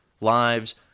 lives